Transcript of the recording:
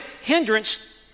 hindrance